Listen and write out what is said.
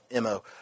MO